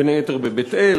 בין היתר בבית-אל,